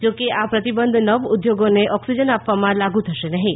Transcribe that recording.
જો કે આ પ્રતિબંધ નવ ઉદ્યોગોને ઓક્સિજન આપવામાં લાગુ થશે નહીં